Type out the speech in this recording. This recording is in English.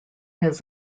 his